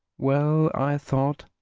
well, i thought,